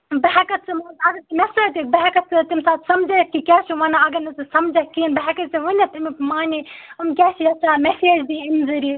بہٕ ہیٚکَتھ ژٕادٕ ژٕ مےٚ سۭتۍ یِکھ بہٕ ہٮیٚکَتھ ژٕ تَمہِ ساتہٕ سَمجٲوِتھ کہِ کیٛاہ چھُ وَنان اگر نہٕ ژٕ سَمجَکھ کِہیٖنۍ بہٕ ہیٚکے ژےٚ ؤنِتھ امیُٛک معنے یِم کیٛاہ چھِ یژھان میٚسیج دِنۍ اَمہِ ذٔریعہِ